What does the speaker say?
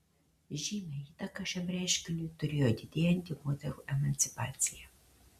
žymią įtaką šiam reiškiniui turėjo didėjanti moterų emancipacija